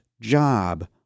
job